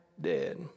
dead